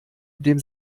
dem